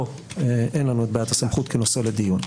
פה אין לנו את בעיית הסמכות כנושא לדיון.